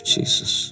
Jesus